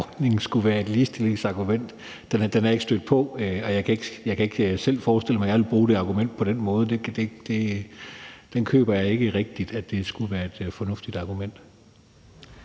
pair-ordningen skulle være et ligestillingsargument. Den er jeg ikke stødt på, og jeg kan ikke selv forestille mig, at jeg ville bruge det argument på den måde. Jeg køber ikke rigtig, at det skulle være et fornuftigt argument.